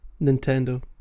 Nintendo